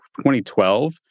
2012